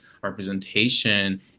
representation